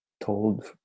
told